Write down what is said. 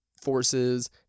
Forces